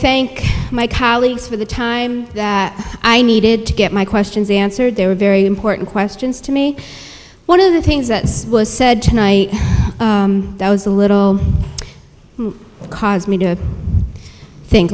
thank my colleagues for the time i needed to get my questions answered they were very important questions to me one of the things that was said tonight that was a little caused me to think